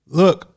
look